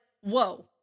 whoa